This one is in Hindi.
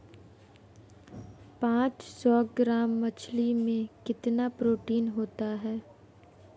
पांच सौ ग्राम मछली में कितना प्रोटीन होता है?